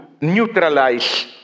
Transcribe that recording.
neutralize